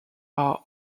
are